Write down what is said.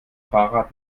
fahrrad